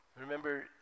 Remember